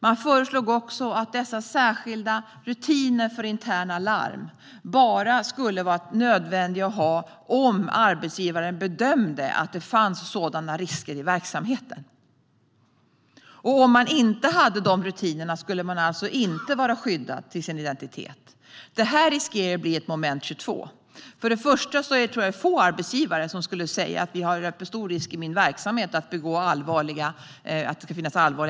Man föreslog också att de särskilda rutinerna för interna larm bara skulle vara nödvändiga att ha om arbetsgivaren bedömde att det fanns sådana risker i verksamheten. Utan dessa rutiner skulle man alltså inte få sin identitet skyddad. Det här riskerar att bli ett moment 22. Först och främst tror jag att få arbetsgivare skulle säga: Vi löper stor risk i min verksamhet att det kan finnas allvarliga missförhållanden.